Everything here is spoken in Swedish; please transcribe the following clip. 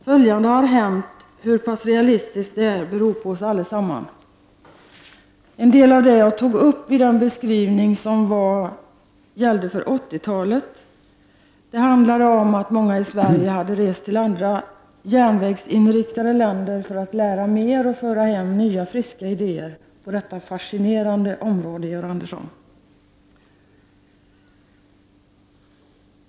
Följande har hänt — hur pass realistiskt det är beror på oss allesammans.” En del av det jag tog upp i den beskrivning som gällde för 80-talet handlade om att många i Sverige hade rest till andra järnvägsinriktade länder för att lära mer och för att föra hem nya friska idéer på detta fascinerande område.